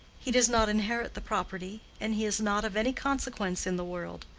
he does not inherit the property, and he is not of any consequence in the world.